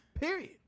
Period